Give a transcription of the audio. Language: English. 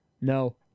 No